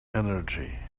energy